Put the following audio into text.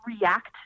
react